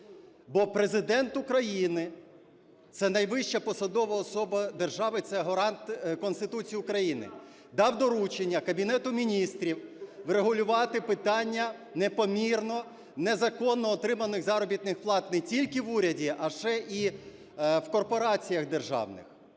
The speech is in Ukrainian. Бо Президент України - це найвища посадова особа держави і це гарант Конституції України, - дав доручення Кабінету Міністрів врегулювати питання непомірно, незаконно отриманих заробітних плат не тільки в уряді, а ще й в корпораціях державних.